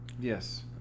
yes